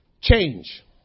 Change